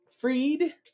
freed